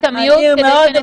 היום.